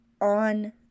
on